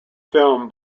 film